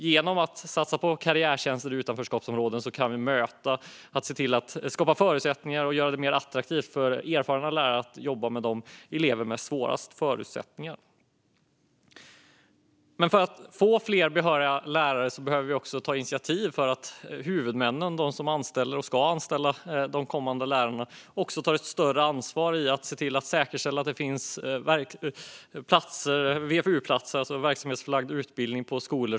Genom att satsa på karriärtjänster i utanförskapsområden kan vi se till att skapa förutsättningar och göra det mer attraktivt för erfarna lärare att jobba med de elever som har svårast förutsättningar. Men för att få fler behöriga lärare behöver vi ta initiativ för att huvudmännen - de som anställer och ska anställa de kommande lärarna - också ska ta ett större ansvar för att säkerställa att det finns VFU-platser, verksamhetsförlagd utbildning, på skolor.